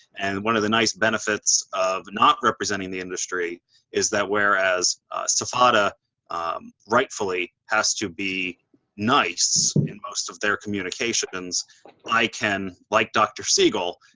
and one of the nice benefits of not representing the industry is that whereas sfata rightfully has to be nice in most of their communications i can, like dr. siegel,